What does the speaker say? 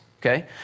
okay